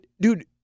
dude